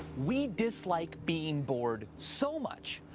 we dislike being bored so much,